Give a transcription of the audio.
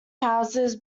houses